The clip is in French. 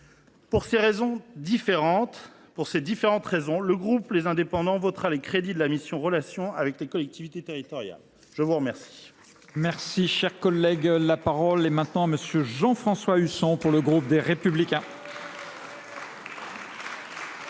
Pour l’ensemble de ces raisons, le groupe Les Indépendants votera les crédits de la mission « Relations avec les collectivités territoriales ». La parole